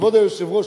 כבוד היושב-ראש,